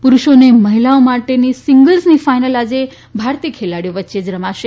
પુરૂષો અને મહિલાઓ માટે સિંગલ્સની ફાઈનલ આજે ભારતીય ખેલાડીઓ વચ્ચે જ રમાશે